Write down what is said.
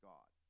God